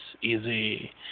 easy